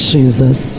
Jesus